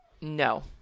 No